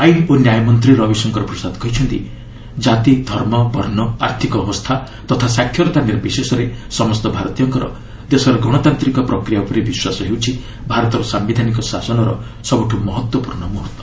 ଆଇନ ଓ ନ୍ୟାୟ ମନ୍ତ୍ରୀ ରବିଶଙ୍କର ପ୍ରସାଦ କହିଛନ୍ତି ଜାତି ଧର୍ମ ବର୍ଷ ଆର୍ଥକ ଅବସ୍ଥା ତଥା ସାକ୍ଷରତା ନିର୍ବିଶେଷରେ ସମସ୍ତ ଭାରତୀୟଙ୍କର ଦେଶର ଗଣତାନ୍ତିକ ପ୍ରକ୍ରିୟା ଉପରେ ବିଶ୍ୱାସ ହେଉଛି ଭାରତର ସାୟିଧାନିକ ଶାସନର ସବୁଠୁ ମହତ୍ତ୍ୱପୂର୍ଷ୍ଣ ମୁହର୍ତ୍ତ